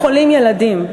יש גם חולים ילדים,